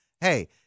hey